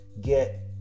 get